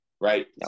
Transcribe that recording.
Right